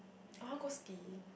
I want go skiing